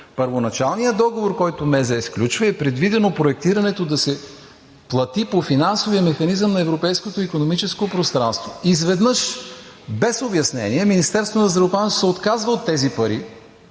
първоначалния договор, който МЗ сключва, е предвидено проектирането да се плати по Финансовия механизъм на европейското икономическо пространство. Изведнъж, без обяснения, Министерството на здравеопазването се отказва от тези пари